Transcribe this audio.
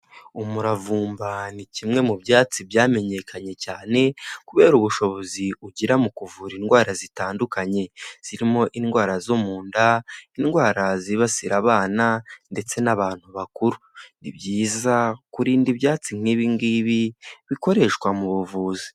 Umuravumba ni kimwe mu byatsi byamenyekanye cyane, kubera ubushobozi ugira mu kuvura indwara zitandukanye zirimo indwara zo mu nda, indwara zibasira abana ndetse n'abantu bakuru. Ni byiza kurinda ibyatsi nk'ibi ngibi bikoreshwa mu buvuzi.